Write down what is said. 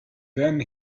then